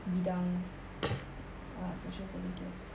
bidang uh social services